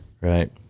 Right